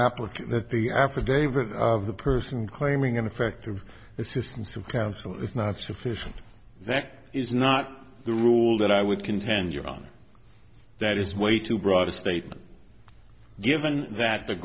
applicant that the affidavit of the person claiming ineffective assistance of counsel is not sufficient that is not the rule that i would contend your honor that is way too broad a statement given that the